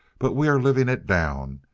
but we are living it down,